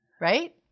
right